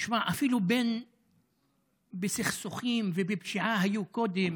תשמע, אפילו אם בסכסוכים ובפשיעה היו קודם